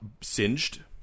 singed